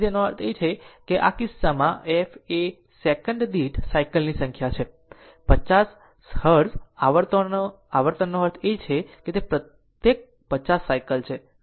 તેથી તેનો અર્થ એ છે કે તેથી આ કિસ્સામાં f એ સેકંડ દીઠ સાયકલ ની સંખ્યા છે 50 હર્ટ્ઝ આવર્તનનો અર્થ છે કે તે પ્રત્યેક 50 સાયકલ છે